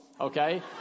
okay